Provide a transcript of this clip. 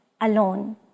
alone